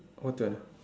what the